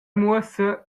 muossa